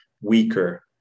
weaker